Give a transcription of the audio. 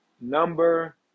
number